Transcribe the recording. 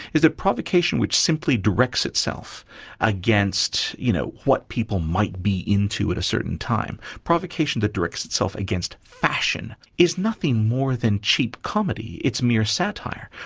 is that provocation which simply directs itself against you know what people might be into at a certain time, provocation that directs itself against fashion is nothing more than cheap comedy. it's mere satire.